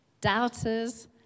doubters